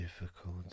Difficult